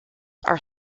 are